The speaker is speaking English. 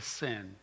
sin